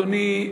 אדוני,